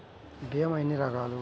భీమ ఎన్ని రకాలు?